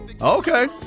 Okay